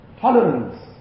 tolerance